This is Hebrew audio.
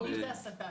באנגלית, זה השטן.